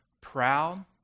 proud